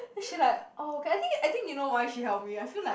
she like oh I think I think you know why she help me I feel like